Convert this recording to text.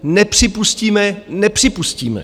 Nepřipustíme, nepřipustíme.